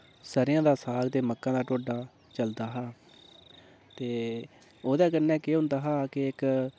सरेआं दा साग ते मक्का दा ढोड्ढा चलदा हा ते ओह्दे कन्नै केह् होंदा हा के इक